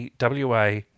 WA